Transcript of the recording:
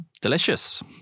Delicious